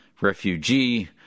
refugee